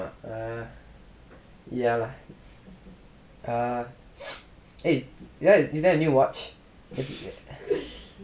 ah err ya lah eh is that a new watch